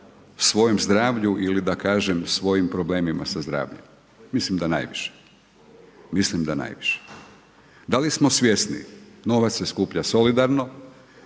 svojem zdravlju ili svojim problemima sa zdravljem? Mislim da najviše, mislim da najviše. Da li smo svjesni, novac se skuplja solidarno